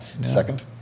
Second